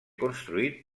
construït